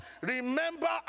remember